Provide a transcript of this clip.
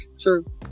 True